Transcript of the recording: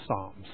Psalms